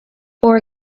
for